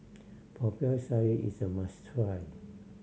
Popiah Sayur is a must try